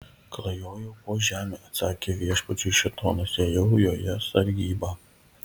klajojau po žemę atsakė viešpačiui šėtonas ėjau joje sargybą